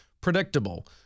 predictable